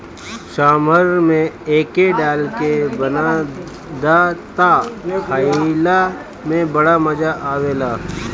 सांभर में एके डाल के बना दअ तअ खाइला में बड़ा मजा आवेला